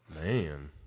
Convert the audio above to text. Man